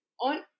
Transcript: on